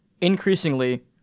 Increasingly